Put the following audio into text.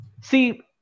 see